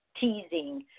teasing